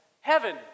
heaven